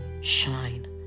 shine